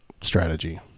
strategy